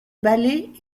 ballets